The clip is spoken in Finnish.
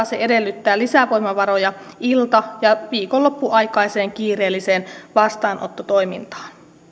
se edellyttää lisävoimavaroja ilta ja viikonloppuaikaiseen kiireelliseen vastaanottotoimintaan